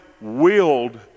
willed